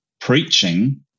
preaching